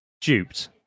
duped